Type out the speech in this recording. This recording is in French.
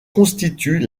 constituent